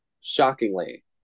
shockingly